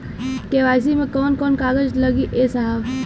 KYC मे कवन कवन कागज लगी ए साहब?